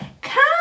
come